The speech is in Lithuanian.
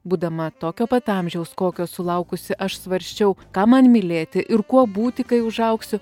būdama tokio pat amžiaus kokio sulaukusi aš svarsčiau ką man mylėti ir kuo būti kai užaugsiu